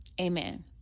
Amen